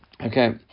Okay